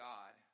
God